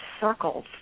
circles